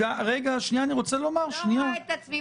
אני לא רואה את עצמי מיותרת.